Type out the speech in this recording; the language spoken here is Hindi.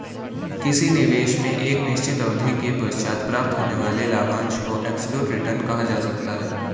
किसी निवेश में एक निश्चित अवधि के पश्चात प्राप्त होने वाले लाभांश को एब्सलूट रिटर्न कहा जा सकता है